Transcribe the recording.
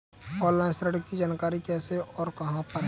Online ऋण की जानकारी कैसे और कहां पर करें?